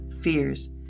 fears